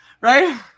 Right